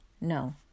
No